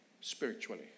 spiritually